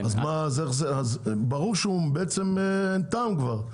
ברור שאין טעם כבר,